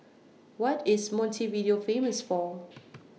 What IS Montevideo Famous For